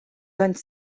anys